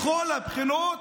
מכל הבחינות,